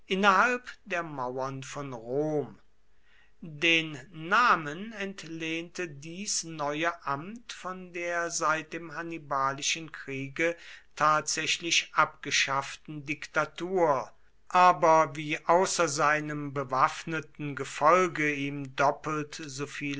innerhalb der mauern von rom den namen entlehnte dies neue amt von der seit dem hannibalischen kriege tatsächlich abgeschafften diktatur aber sie außer seinem bewaffneten gefolge ihm doppelt